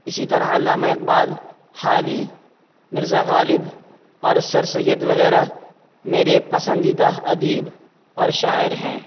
اسی طرح علامہ اقبال حالی مرزا غالب اور سر سید وغیرہ میرے پسندیدہ ادیب اور شاعر ہیں